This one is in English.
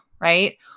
right